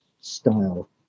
style